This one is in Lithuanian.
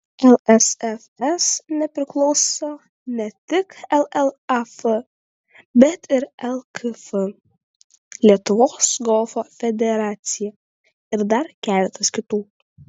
lsfs nepriklauso ne tik llaf bet ir lkf lietuvos golfo federacija ir dar keletas kitų